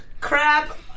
crap